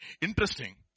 interesting